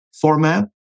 format